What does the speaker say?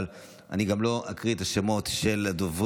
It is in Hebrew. אבל אני גם לא אקריא את השמות של הדוברים,